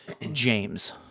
James